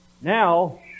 Now